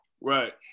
right